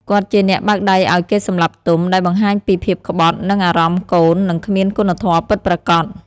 គាត់ជាអ្នកបើកដៃឲ្យគេសម្លាប់ទុំ ដែលបង្ហាញពីភាពក្បត់នឹងអារម្មណ៍កូន និងគ្មានគុណធម៌ពិតប្រាកដ។